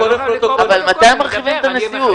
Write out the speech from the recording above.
קודם כל מילה טובה לחברת הכנסת קרן ברק,